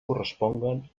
corresponguen